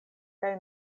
kaj